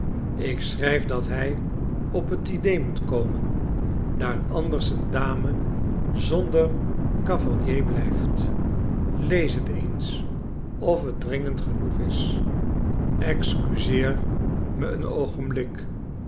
ik schrijf dat hij op het diner moet komen daar anders een dame zonder cavalier blijft lees het eens of het dringend genoeg is excuseer me een oogenblik